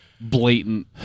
blatant